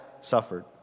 suffered